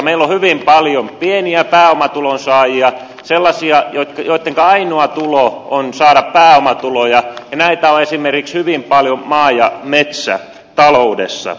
meillä on hyvin paljon pieniä pääomatulonsaajia sellaisia joittenka ainoa tulo on saada pääomatuloja ja näitä on esimerkiksi hyvin paljon maa ja metsätaloudessa